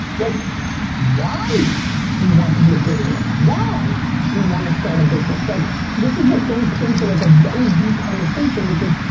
like why do you want to be a billionaire? why do you want to start a business? like this is what goes into like a very deep conversation which is,